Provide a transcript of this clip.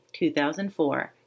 2004